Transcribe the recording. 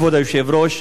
כבוד היושב-ראש,